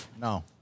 No